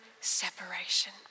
separation